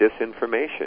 disinformation